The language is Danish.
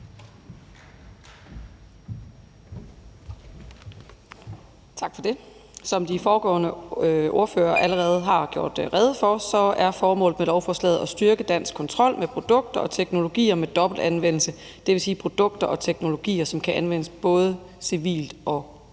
Tak for det. Som de foregående ordførere allerede har gjort rede for, er formålet med lovforslaget at styrke dansk kontrol med produkter og teknologier med dobbelt anvendelse, dvs. produkter og teknologier, som kan anvendes både civilt og til